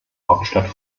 hauptstadt